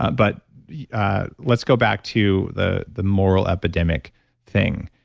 but let's go back to the the moral epidemic thing.